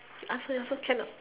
ask her you ask her can or not